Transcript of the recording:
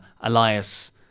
Elias